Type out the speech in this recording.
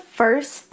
first